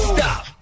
Stop